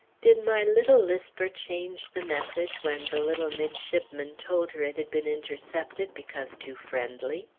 did my little lisper change the message when the little midshipman told her it had been intercepted because too friendly?